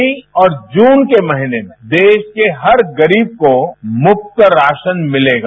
मई और जून के महीने में देश के हर गरीब को मुफ्त राशन मिलेगा